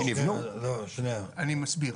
אני מסביר,